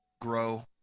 grow